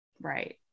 right